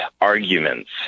arguments